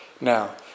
Now